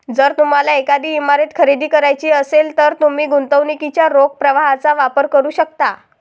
जर तुम्हाला एखादी इमारत खरेदी करायची असेल, तर तुम्ही गुंतवणुकीच्या रोख प्रवाहाचा वापर करू शकता